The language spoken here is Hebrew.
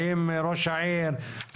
האם ראש העיר,